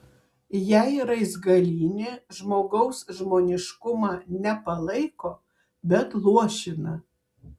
jei raizgalynė žmogaus žmoniškumą ne palaiko bet luošina